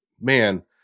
Man